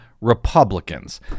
Republicans